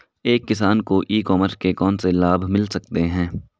एक किसान को ई कॉमर्स के कौनसे लाभ मिल सकते हैं?